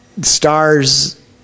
stars